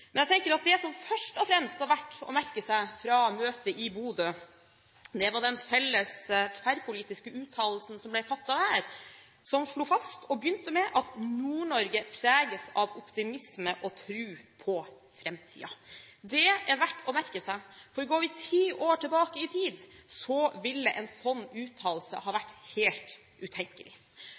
Men det som først og fremst er verdt å merke seg fra møtet i Bodø, var den felles, tverrpolitiske uttalelsen som ble fattet der. Den slo fast – og begynte med – at Nord-Norge preges av optimisme og tro på framtiden. Det er verdt å merke seg, for går vi ti år tilbake i tid, ville en slik uttalelse ha vært helt utenkelig.